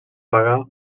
pagar